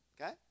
Okay